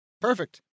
Perfect